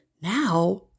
Now